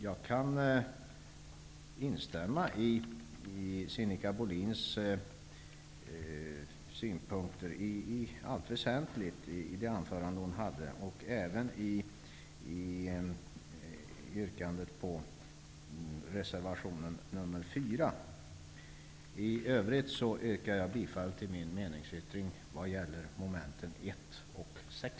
Jag kan i allt väsentligt instämma i synpunkterna i Sinikka Bohlins anförande och även i yrkandet om bifall till reservationen nr 4. I övrigt yrkar jag bifall till min meningsyttring vad gäller mom. 1 och 6.